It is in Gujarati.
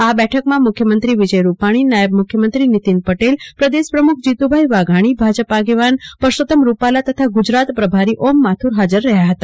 આ બેઠકમાં મુખ્યમંત્રી વિજય રૂપાજી નાયબ મુખ્યમંત્રી નીતિન પટેલ પ્રદેશ પ્રમુખ જીતુભાઈ વાઘાણી ભાજપ આગેવાન પરસોત્તમ રૂપાલા તથા ગુજરાત પ્રભારી ઓમ માથુર હાજર રહ્યા હતા